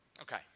Okay